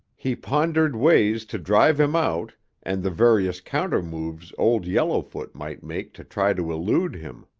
he pondered ways to drive him out and the various countermoves old yellowfoot might make to try to elude him.